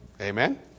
Amen